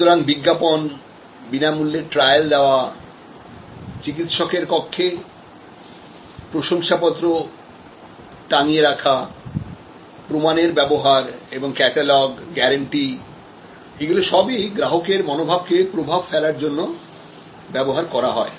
সুতরাং বিজ্ঞাপন বিনামূল্যে ট্রায়াল দেওয়া চিকিৎসকের কক্ষে প্রশংসা পত্র টাঙিয়ে রাখা প্রমাণের ব্যবহার এবং ক্যাটালগ গ্যারান্টি এগুলো সবই গ্রাহকের মনোভাবকে প্রভাব ফেলার জন্য ব্যবহার করা হয়